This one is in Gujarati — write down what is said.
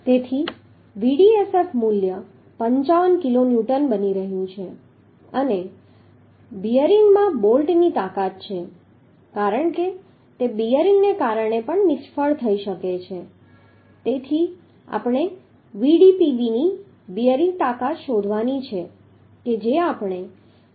તેથી Vdsf મૂલ્ય 55 કિલોન્યૂટન બની રહ્યું છે અને બેરિંગ માં બોલ્ટની તાકાત છે કારણ કે તે બેરિંગને કારણે પણ નિષ્ફળ થઈ શકે છે તેથી આપણે Vdpb બેરિંગની તાકાત શોધવાની છે કે જે આપણે 2